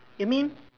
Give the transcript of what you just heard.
you mean